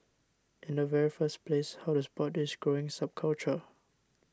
in the very first place how to spot this growing subculture